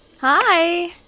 Hi